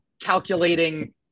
calculating